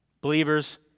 Believers